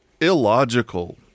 illogical